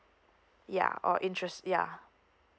ya or interests yeah